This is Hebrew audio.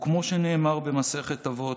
כמו שנאמר במסכת אבות,